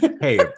Hey